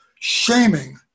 shaming